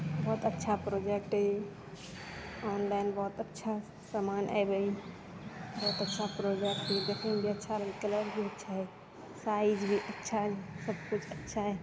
बहुत अच्छा प्रोडक्ट अइ ऑनलाइन बहुत अच्छा समान अबै बहुत अच्छा प्रोडक्ट ई देखैमे भी अच्छा कलर भी अच्छा अइ साइज भी अच्छा अइ सब किछु अच्छा